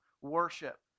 worship